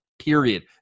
period